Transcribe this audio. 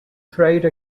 trade